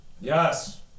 Yes